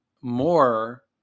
more